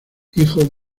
hijo